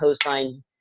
cosine